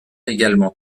également